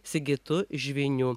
sigitu žviniu